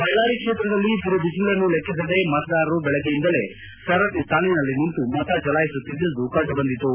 ಬಳ್ಳಾರಿ ಕ್ಷೇತ್ರದಲ್ಲಿ ಬಿರುಬಿಸಲನ್ನೂ ಲೆಕ್ಕಿಸದೆ ಮತದಾರರು ಬೆಳಿಗ್ಗೆಯಿಂದಲೇ ಸರದಿ ಸಾಲಿನಲ್ಲಿ ನಿಂತು ಮತ ಚಲಾಯಿಸುತ್ತಿದ್ದುದು ಕಂಡುಬಂದಿತು